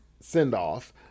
send-off